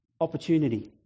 opportunity